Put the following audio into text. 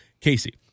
Casey